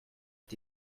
est